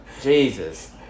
Jesus